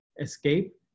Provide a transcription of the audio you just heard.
escape